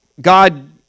God